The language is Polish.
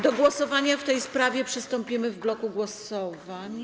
Do głosowania w tej sprawie przystąpimy w bloku głosowań.